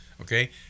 Okay